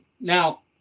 Now